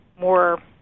more